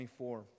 24